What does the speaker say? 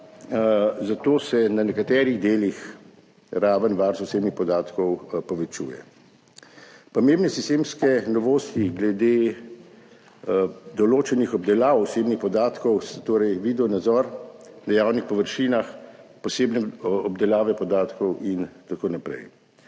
zato se na nekaterih delih raven varstva osebnih podatkov povečuje. Pomembne sistemske novosti glede določenih obdelav osebnih podatkov so video nadzor na javnih površinah, posebne obdelave podatkov in tako naprej.